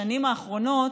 בשנים האחרונות,